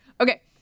Okay